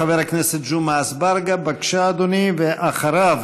חבר הכנסת ג'מעה אזברגה, בבקשה, אדוני, ואחריו,